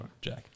Jack